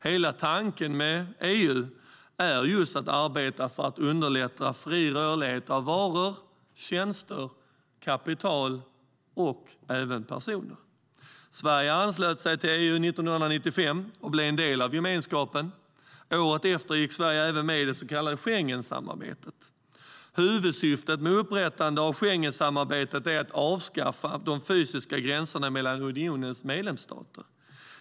Hela tanken med EU är just att arbeta för att underlätta fri rörlighet av varor, tjänster, kapital och även personer. Sverige anslöt sig till EU 1995 och blev en del av gemenskapen. Året efter gick Sverige även med i det så kallade Schengensamarbetet. Huvudsyftet med upprättandet av Schengensamarbetet är att avskaffa de fysiska gränserna mellan unionens medlemsstater.